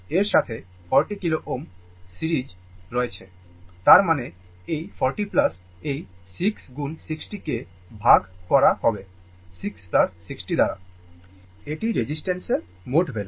এর সাথে 40 kilo Ω সিরিজে রয়েছে তার মানে এই 40 এই 6 গুণ 60 কে ভাগ করা হবে 6 60 দ্বারা এটি রেসিস্ট্যান্সের মোট ভ্যালু